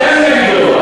אתם נגדו,